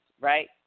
right